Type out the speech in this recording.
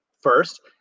first